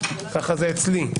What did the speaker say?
ככה זה אצלי.